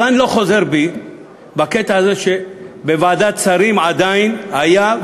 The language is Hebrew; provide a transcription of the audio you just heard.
אבל אני לא חוזר בי בקטע הזה שבוועדת שרים עדיין היה,